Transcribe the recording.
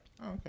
okay